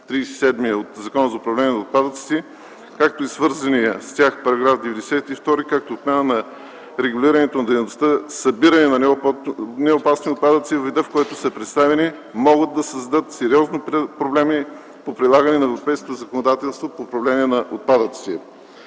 37 от Закона за управление на отпадъците, както и свързания с тях § 92, както отмяна на регулирането на дейността „Събиране на неопасни отпадъци във вида, в който са представени”, могат да създадат сериозно проблеми по прилагане на европейското законодателство по управление на отпадъците.